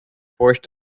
forced